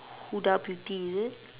Huda beauty is it